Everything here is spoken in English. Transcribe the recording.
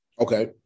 Okay